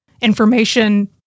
information